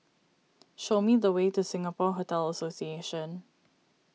show me the way to Singapore Hotel Association